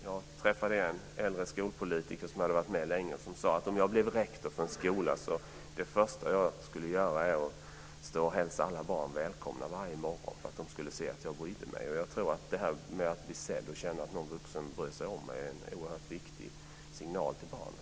Jag träffade en äldre skolpolitiker som hade varit med länge som sade: Om jag blev rektor för en skola skulle det första jag gjorde vara att stå och hälsa alla barn välkomna varje morgon för att de skulle se att jag brydde mig. Att bli sedd och känna att någon vuxen bryr sig om en tror jag är en oerhört viktig signal till barnen.